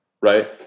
right